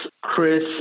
Chris